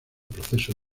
proceso